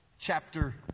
chapter